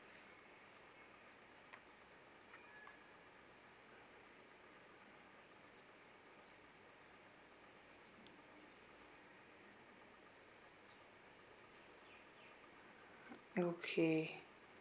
okay